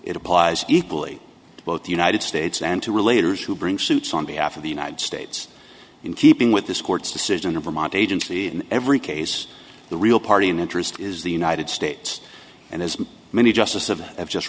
it applies equally to both the united states and to relate or as who bring suits on behalf of the united states in keeping with this court's decision or vermont agency in every case the real party in interest is the united states and as many justice of